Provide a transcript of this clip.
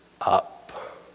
up